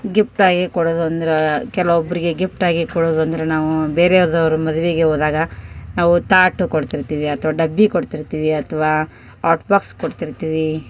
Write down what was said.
gift ಆಗಿ ಕೊಡೋದು ಅಂದ್ರೆ ಕೆಲವೊಬ್ಬರಿಗೆ ಗಿಫ್ಟಾಗಿ ಕೊಡೋದು ಅಂದರೆ ನಾವು ಬೇರೆಯದವ್ರ ಮದಿವೆಗೆ ಹೋದಾಗ ನಾವು ತಾಟು ಕೊಡ್ತಿರ್ತೀವಿ ಅಥವಾ ಡಬ್ಬಿ ಕೊಡ್ತಿರ್ತೀವಿ ಅಥವಾ ಆಟ್ ಬಾಕ್ಸ್ ಕೊಡ್ತಿರ್ತೀವಿ